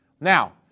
now